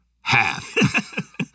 Half